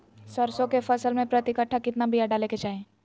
सरसों के फसल में प्रति कट्ठा कितना बिया डाले के चाही?